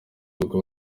ubwo